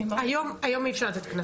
היום אי אפשר לתת קנסות.